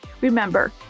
Remember